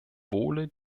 wohle